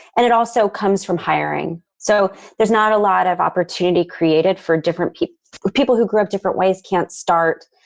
and it also comes from hiring. so there's not a lot of opportunity created for different people who people who grew up different ways can't start,